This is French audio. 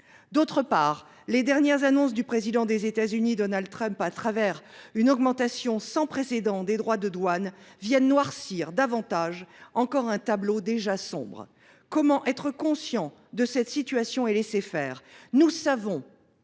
D'autre part, les dernières annonces du président des Etats-Unis Donald Trump à travers une augmentation sans précédent des droits de douane viennent noircir davantage encore un tableau déjà sombre. Comment être conscient de cette situation et laisser faire ?